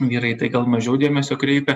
vyrai į tai gal mažiau dėmesio kreipia